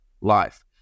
life